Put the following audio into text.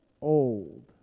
old